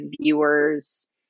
viewers